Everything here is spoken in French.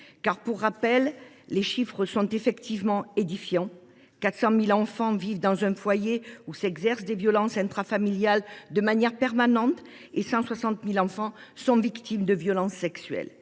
Tant mieux ! Les chiffres sont édifiants : 400 000 enfants vivent dans un foyer où s’exercent des violences intrafamiliales de manière permanente, et 160 000 enfants sont victimes de violences sexuelles.